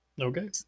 okay